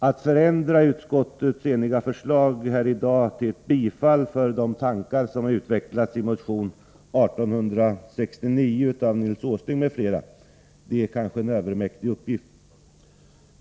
Att förändra utskottets eniga förslag här i dag enligt de tankar som utvecklats i motion 1869 av Nils Åsling m.fl. är nog en övermäktig uppgift.